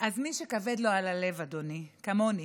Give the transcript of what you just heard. אז מי שכבד לו על הלב, אדוני, כמוני,